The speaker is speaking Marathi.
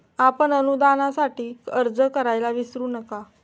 आपण अनुदानासाठी अर्ज करायला विसरू नका